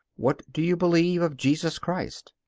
what do you believe of jesus christ?